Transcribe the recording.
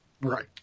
Right